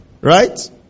Right